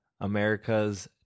America's